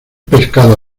pescado